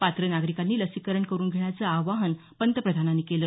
पात्र नागरिकांनी लसीकरण करून घेण्याचं आवाहन पंतप्रधानांनी केलं